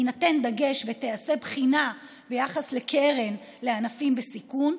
יינתן דגש ותיעשה בחינה ביחס לקרן לענפים בסיכון,